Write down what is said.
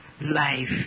life